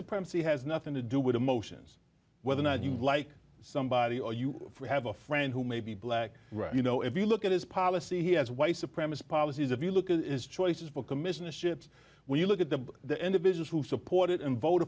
supremacy has nothing to do with emotions whether or not you like somebody or you have a friend who may be black you know if you look at his policy he has white supremacy policies if you look at his choices for commissionership when you look at the the individuals who supported and vote